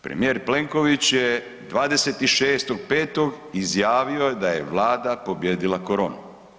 Premijer Plenković je 26.5. izjavio da je Vlada pobijedila koronu.